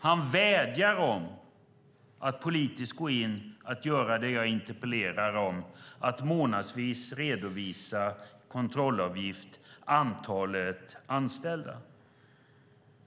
Han vädjade om att politiskt gå in och göra det jag interpellerar om, det vill säga att månadsvis redovisa kontrollavgift för antalet anställda.